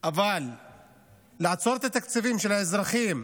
אבל לעצור את התקציבים של האזרחים,